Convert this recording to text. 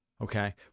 Okay